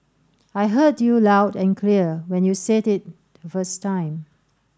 I heard you loud and clear when you said it first time